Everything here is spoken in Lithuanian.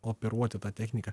operuoti tą techniką